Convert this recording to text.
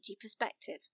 perspective